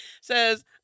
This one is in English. says